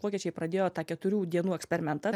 vokiečiai pradėjo tą keturių dienų eksperimentą